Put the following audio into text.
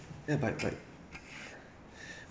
ya but but